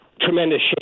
tremendous